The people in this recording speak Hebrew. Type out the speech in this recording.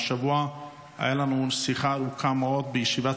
השבוע הייתה לנו שיחה ארוכה מאוד בישיבת